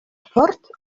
fort